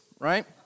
right